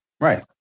Right